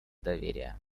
доверия